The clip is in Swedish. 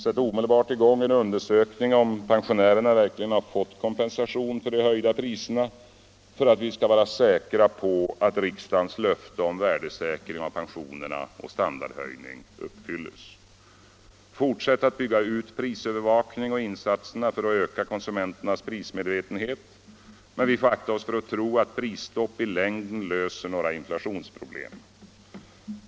Sätt omedelbart i gång en undersökning om pensionärerna verkligen har fått kompensation för de höjda priserna, för att vi skall vara säkra på att riksdagens löfte om värdesäkring av pensionerna och om standardhöjning uppfylls. Fortsätt att bygga ut prisövervakningen och insatserna för att öka konsumenternas prismedvetenhet. Men vi får akta oss för att tro att prisstopp i längden löser några inflationsproblem.